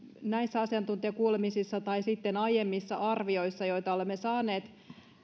näissä asiantuntijakuulemisissa tai aiemmissa arvioissa joita olemme saaneet